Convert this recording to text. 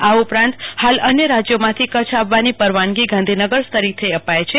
આ ઉપરાંત હાલ અન્ય રાજયોમાંથી કચ્છ આવવાની પરવાનગી ગાંધીનગર સ્તરેથી અપાય છે